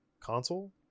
console